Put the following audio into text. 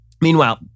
Meanwhile